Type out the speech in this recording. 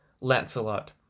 Lancelot